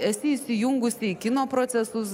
esi įsijungusi į kino procesus